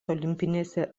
olimpinėse